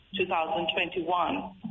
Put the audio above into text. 2021